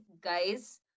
Guys